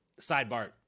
Sidebar